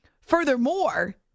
Furthermore